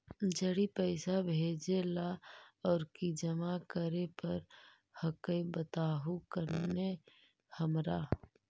जड़ी पैसा भेजे ला और की जमा करे पर हक्काई बताहु करने हमारा?